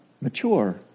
mature